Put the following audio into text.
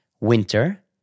winter